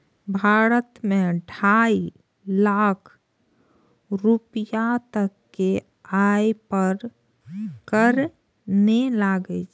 भारत मे ढाइ लाख रुपैया तक के आय पर कर नै लागै छै